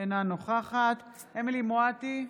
אינה נוכחת אמילי חיה מואטי,